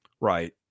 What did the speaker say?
right